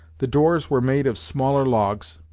the doors were made of smaller logs,